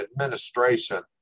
administration